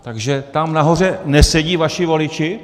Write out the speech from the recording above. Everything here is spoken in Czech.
Takže tam nahoře nesedí vaši voliči?